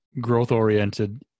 growth-oriented